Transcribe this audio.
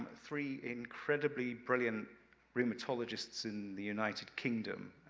three incredibly brilliant rheumatologists in the united kingdom,